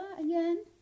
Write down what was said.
again